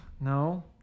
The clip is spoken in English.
No